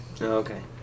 Okay